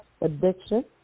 addiction